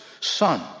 son